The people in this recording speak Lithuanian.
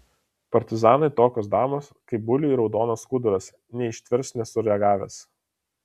partizanui tokios damos kaip buliui raudonas skuduras neištvers nesureagavęs